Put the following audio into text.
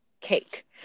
cake